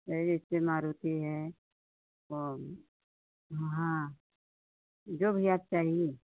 क्या जैसे मारुति है और हाँ जो भी आप चाहिए